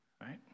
Right